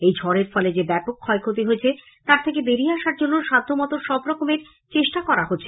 এই ঝড়ের ফলে যে ব্যাপক ক্ষয়ক্ষতি হয়েছে তার থেকে বেরিয়ে আসার জন্য সাধ্যমত সবরকম চেষ্টা করা হচ্ছে